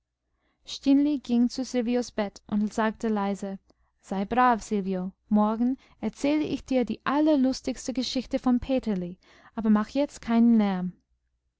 ging zu silvios bett und sagte leise sei brav silvio morgen erzähl ich dir die allerlustigste geschichte vom peterli aber mach jetzt keinen lärm